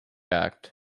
act